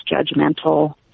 judgmental